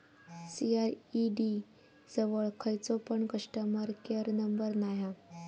CRED जवळ खयचो पण कस्टमर केयर नंबर नाय हा